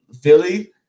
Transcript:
Philly